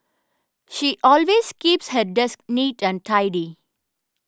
she always keeps her desk neat and tidy